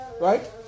Right